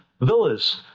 villas